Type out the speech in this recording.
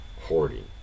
hoarding